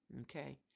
Okay